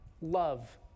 Love